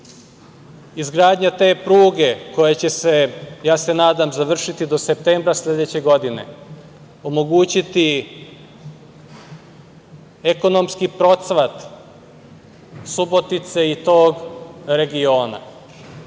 Izgradnja te pruge koja će se, ja se nadam, završiti do septembra sledeće godine, omogućiće ekonomski procvat Subotice i tog regiona.